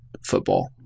football